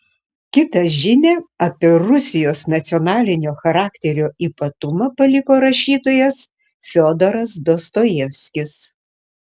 kitą žinią apie rusijos nacionalinio charakterio ypatumą paliko rašytojas fiodoras dostojevskis